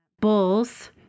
bulls